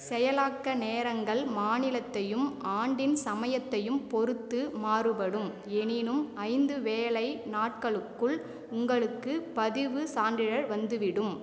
செயலாக்க நேரங்கள் மாநிலத்தையும் ஆண்டின் சமயத்தையும் பொறுத்து மாறுபடும் எனினும் ஐந்து வேலை நாட்களுக்குள் உங்களுக்கு பதிவு சான்றிதழ் வந்துவிடும்